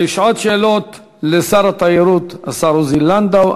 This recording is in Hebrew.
שעת שאלות לשר התיירות, השר עוזי לנדאו.